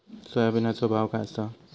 सोयाबीनचो भाव काय आसा?